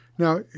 Now